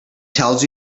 tells